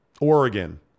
Oregon